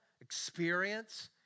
experience